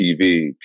TV